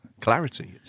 Clarity